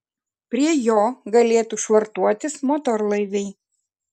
prie jo galėtų švartuotis motorlaiviai